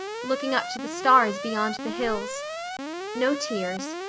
looking up to the stars beyond the hills no tears,